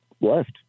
left